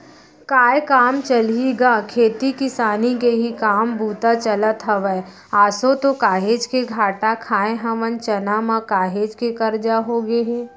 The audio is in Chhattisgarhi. काय काम चलही गा खेती किसानी के ही काम बूता चलत हवय, आसो तो काहेच के घाटा खाय हवन चना म, काहेच के करजा होगे हे